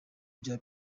bya